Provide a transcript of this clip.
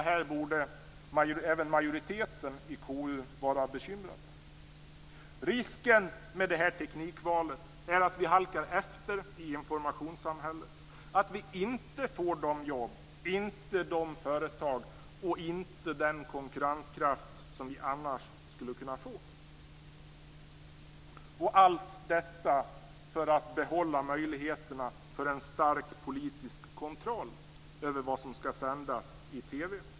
Även majoriteten i konstitutionsutskottet borde vara bekymrad över detta. Risken med detta teknikval är att vi halkar efter i informationssamhället, att vi inte får de jobb, de företag och den konkurrenskraft som vi annars skulle kunna få. Allt detta gör man för att behålla möjligheterna för en stark politisk kontroll över vad som skall sändas i TV.